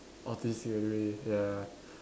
autistic anyway ya